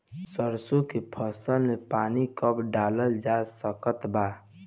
सरसों के फसल में पानी कब डालल जा सकत बा?